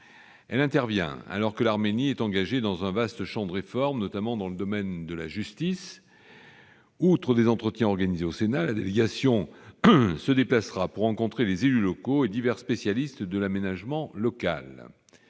Elle intervient alors que l'Arménie est engagée dans un vaste champ de réformes, notamment dans le domaine de la justice. Outre des entretiens organisés au Sénat, la délégation se déplacera pour rencontrer des élus locaux et divers spécialistes de l'aménagement local.